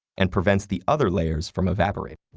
and prevents the other layers from evaporating.